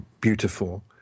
beautiful